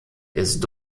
ist